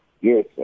Yes